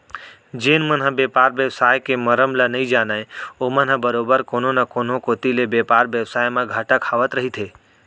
जेन मन ह बेपार बेवसाय के मरम ल नइ जानय ओमन ह बरोबर कोनो न कोनो कोती ले बेपार बेवसाय म घाटा खावत रहिथे